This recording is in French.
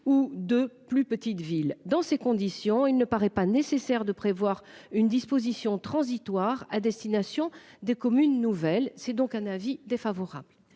ou de plus petites villes, dans ces conditions, il ne paraît pas nécessaire de prévoir une disposition transitoire à destination des communes nouvelles. C'est donc un avis défavorable.